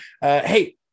hey